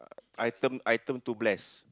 item item to bless